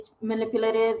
manipulative